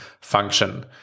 function